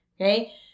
Okay